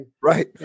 Right